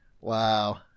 wow